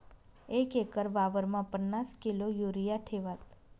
एक एकर वावरमा पन्नास किलो युरिया ठेवात